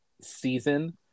season